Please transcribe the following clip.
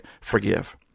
forgive